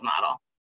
model